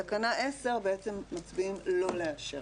ותקנה 10 מצביעים לא לאשר.